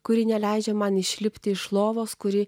kuri neleidžia man išlipti iš lovos kuri